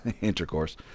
intercourse